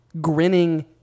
grinning